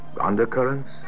Undercurrents